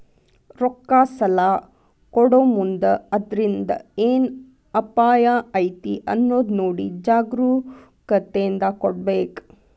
ರೊಕ್ಕಾ ಸಲಾ ಕೊಡೊಮುಂದ್ ಅದ್ರಿಂದ್ ಏನ್ ಅಪಾಯಾ ಐತಿ ಅನ್ನೊದ್ ನೊಡಿ ಜಾಗ್ರೂಕತೇಂದಾ ಕೊಡ್ಬೇಕ್